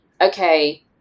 okay